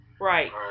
Right